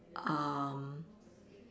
um